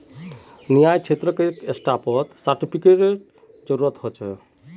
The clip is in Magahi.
न्यायक्षेत्रत स्टाक सेर्टिफ़िकेटेर जरूरत ह छे